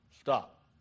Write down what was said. Stop